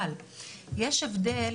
אבל יש הבדל,